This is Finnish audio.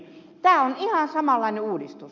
tämä on ihan samanlainen uudistus